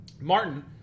Martin